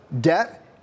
debt